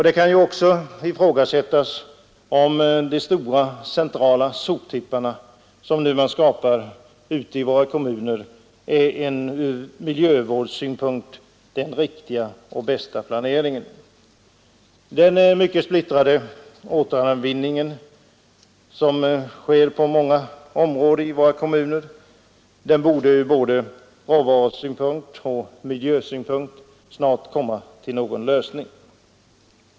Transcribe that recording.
Det kan även ifrågasättas om de stora centrala soptippar som nu skapas ur bl.a. miljösynpunkt är den riktiga och den bästa planeringen. Problemet med den mycket splittrade avfallsåtervinningen på många områden i våra kommuner borde ur både råvaruoch miljösynpunkter snart få sin lösning.